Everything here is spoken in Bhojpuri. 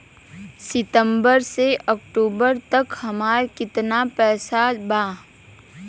सितंबर से अक्टूबर तक हमार कितना पैसा बा?